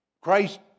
Christ